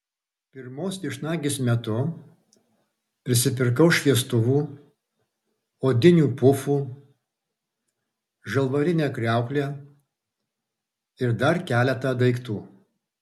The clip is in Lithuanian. pirmos viešnagės metu prisipirkau šviestuvų odinių pufų žalvarinę kriauklę ir dar keletą daiktų